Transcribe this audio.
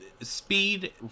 Speed